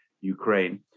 Ukraine